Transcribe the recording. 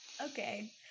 Okay